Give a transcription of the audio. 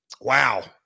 wow